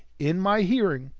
in my hearing,